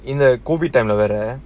in a COVID time lah வேற:vera